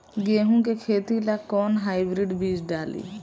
गेहूं के खेती ला कोवन हाइब्रिड बीज डाली?